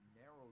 narrow